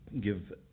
give